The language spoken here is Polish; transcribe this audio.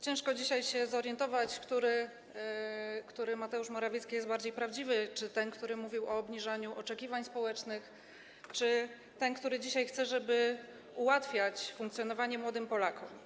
Ciężko się zorientować, który Mateusz Morawiecki jest bardziej prawdziwy: czy ten, który mówił o obniżaniu oczekiwań społecznych, czy ten, który dzisiaj chce ułatwiać funkcjonowanie młodym Polakom.